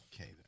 Okay